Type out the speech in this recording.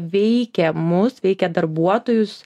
veikia mus veikia darbuotojus